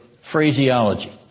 phraseology